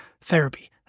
therapy